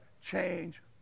change